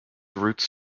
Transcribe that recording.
roots